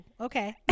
okay